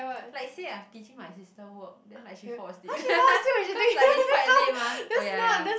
like say I'm teaching my sister work then like she fall asleep cause like it's quite late mah oh ya ya